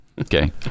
Okay